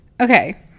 Okay